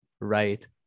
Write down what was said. right